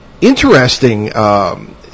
interesting